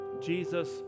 Jesus